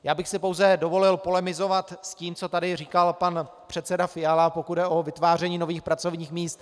Já bych si pouze dovolil polemizovat s tím, co tady říkal pan předseda Fiala, pokud jde o vytváření nových pracovních míst.